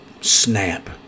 snap